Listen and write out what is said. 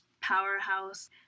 powerhouse